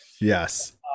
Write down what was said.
Yes